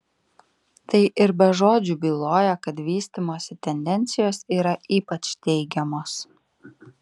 tai ir be žodžių byloja kad vystymosi tendencijos yra ypač teigiamos